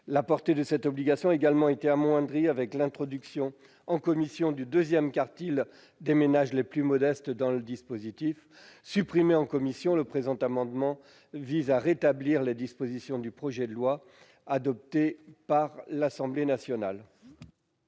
La portée de cette obligation a également été amoindrie avec l'introduction, en commission, du deuxième quartile des ménages les plus modestes dans le dispositif. Le présent amendement vise à rétablir les dispositions du projet de loi adoptées par l'Assemblée nationale